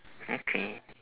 okay